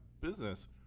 business